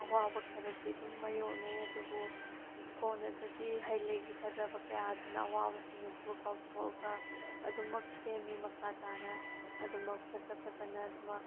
ꯑꯋꯥꯕ ꯈꯔꯗꯤ ꯑꯗꯨꯝ ꯃꯥꯏꯌꯣꯛꯅꯩ ꯑꯗꯨꯕꯨ ꯀꯣꯟꯅꯗꯗꯤ ꯍꯩꯂꯩꯒꯤ ꯐꯖꯕ ꯀꯌꯥ ꯑꯗꯨꯅ ꯑꯋꯥꯕꯁꯤꯡ ꯑꯗꯨꯕꯨ ꯀꯥꯎꯊꯣꯛꯑꯒ ꯑꯗꯨꯃꯛ ꯁꯦꯝꯃꯤ ꯃꯈꯥ ꯇꯥꯅ ꯑꯗꯨꯃꯛ ꯐꯖ ꯐꯖꯅ ꯑꯗꯨꯃꯛ